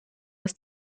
das